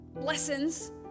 lessons